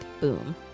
Boom